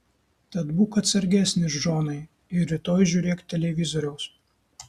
tad būk atsargesnis džonai ir rytoj žiūrėk televizoriaus